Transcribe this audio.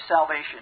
salvation